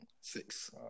Six